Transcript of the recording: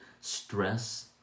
stress